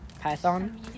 Python